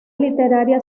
literaria